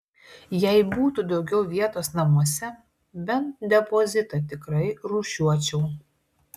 jei būtų daugiau vietos namuose bent depozitą tikrai rūšiuočiau